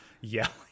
yelling